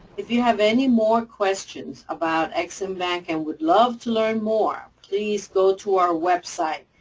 if you have any more questions about ex-im bank and would love to learn more, please go to our website,